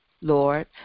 Lord